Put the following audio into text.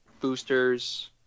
boosters